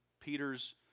Peter's